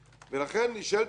לכן נשאלת השאלה,